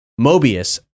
Mobius